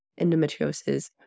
endometriosis